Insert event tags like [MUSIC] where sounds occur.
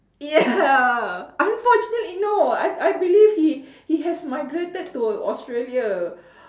ya [BREATH] unfortunately no I I believe he he has migrated to Australia